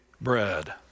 bread